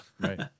right